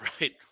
Right